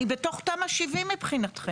אני בתוך תמ"א 70 מבחינתכם,